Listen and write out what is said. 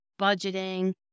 budgeting